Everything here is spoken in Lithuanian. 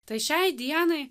tai šiai dienai